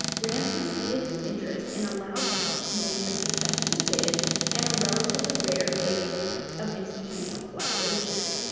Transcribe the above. ransom ceded his interest and allowed gallup to make a successful bid and a relatively rare case of institutional collaboration